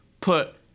put